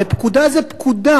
ופקודה זה פקודה,